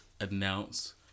announce